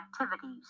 activities